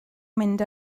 mynd